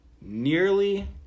nearly